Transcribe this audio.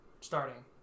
starting